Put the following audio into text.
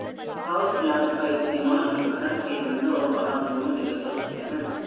houseplant का इस्तेमाल हम घर के अंदर और बाहर दोनों जगह कर सकते हैं